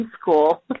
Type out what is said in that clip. school